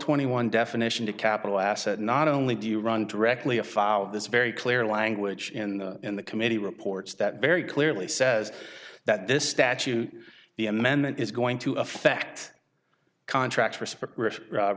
twenty one definition to capital asset not only do you run directly a file this very clear language in the in the committee reports that very clearly says that this statute the amendment is going to affect contracts